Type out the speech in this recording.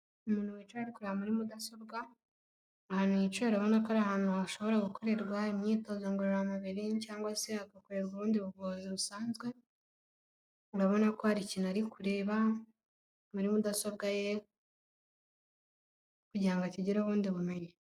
Umuntu wicaye ari kureba muri mudasobwa, ahantu yicara urabona ko ari ahantu hashobora gukorerwa imyitozo ngororamubiri cyangwa se hagakorerwa ubundi buvuzi busanzwe, ndabona ko hari ikintu ari kureba muri mudasobwa ye kugira ngo akigireho ubundi bumenyi.